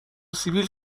سیبیل